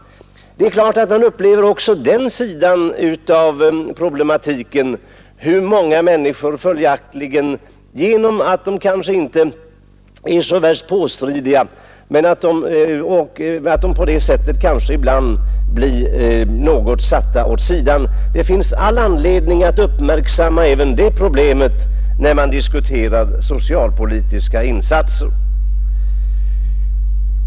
Det är klart att man får uppleva också denna sida av problematiken, alltså att många människor blir något satta åt sidan, eftersom de kanske inte är så värst påstridiga. Det finns all anledning att uppmärksamma även detta problem, när man diskuterar socialpolitiska insatser.